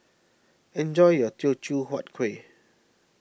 enjoy your Teochew Huat Kueh